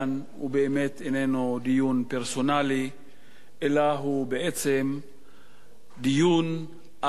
איננו דיון פרסונלי אלא הוא בעצם דיון על הסכנה,